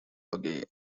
bugey